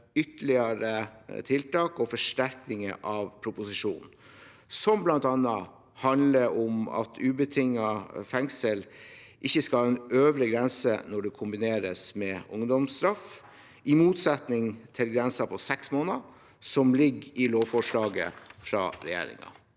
ytterligere tiltak og forsterkninger av proposisjonen, som bl.a. handler om at ubetinget fengsel ikke skal ha en øvre grense når det kombineres med ungdomsstraff, i motsetning til grensen på seks måneder som ligger i lovforslaget fra regjeringen.